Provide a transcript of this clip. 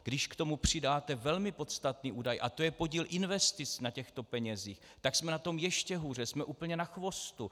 Když k tomu přidáte velmi podstatný údaj, a to je podíl investic na těchto penězích, tak jsme na tom ještě hůře, jsme úplně na chvostu.